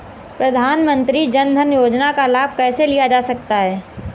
प्रधानमंत्री जनधन योजना का लाभ कैसे लिया जा सकता है?